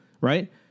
right